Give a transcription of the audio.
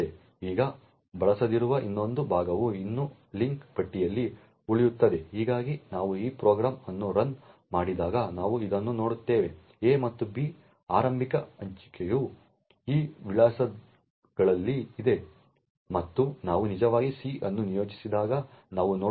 ಈಗ ಬಳಸದಿರುವ ಇನ್ನೊಂದು ಭಾಗವು ಇನ್ನೂ ಲಿಂಕ್ ಪಟ್ಟಿಯಲ್ಲಿ ಉಳಿಯುತ್ತದೆ ಹೀಗಾಗಿ ನಾವು ಈ ಪ್ರೋಗ್ರಾಂ ಅನ್ನು ರನ್ ಮಾಡಿದಾಗ ನಾವು ಇದನ್ನು ನೋಡುತ್ತೇವೆ a ಮತ್ತು b ನ ಆರಂಭಿಕ ಹಂಚಿಕೆಯು ಈ ವಿಳಾಸಗಳಲ್ಲಿದೆ ಮತ್ತು ನಾವು ನಿಜವಾಗಿ c ಅನ್ನು ನಿಯೋಜಿಸಿದಾಗ ನಾವು ನೋಡುತ್ತೇವೆ